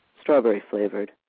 strawberry-flavored